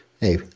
hey